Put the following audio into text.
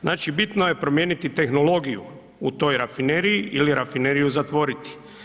Znači, bitno je promijeniti tehnologiju u toj rafineriji ili rafineriju zatvoriti.